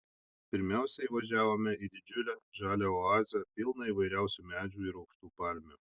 pirmiausia įvažiavome į didžiulę žalią oazę pilną įvairiausių medžių ir aukštų palmių